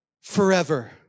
forever